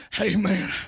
Amen